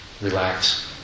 relax